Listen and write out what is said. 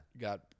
Got